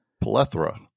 plethora